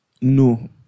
No